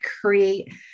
create